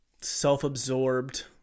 self-absorbed